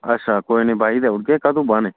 अच्छा कोई नी बाई देई ओड़गे कदूं बाह्ननी